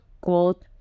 gold